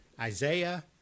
Isaiah